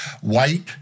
white